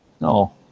no